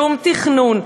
שום תכנון,